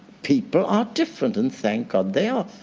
people are different, and thank god they are.